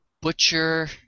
Butcher